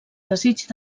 desig